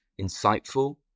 insightful